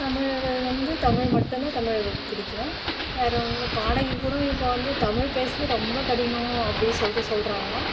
தமிழர்கள் வந்து தமிழ் மட்டும்தான் தமிழர்களுக்குப் பிடிக்கும் வேறு ஒன்றுல்ல பாடகிக் கூட இப்போ வந்து தமிழ் பேசுகிறது ரொம்ப கடினம் அப்படி சொல்லிட்டு சொல்கிறாங்க